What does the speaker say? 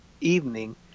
evening